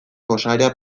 gosaria